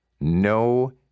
no